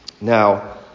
Now